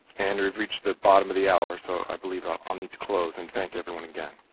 and we've reached the bottom of the hour, so i believe i'll um need to close and thank everyone again.